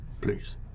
please